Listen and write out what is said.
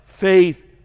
faith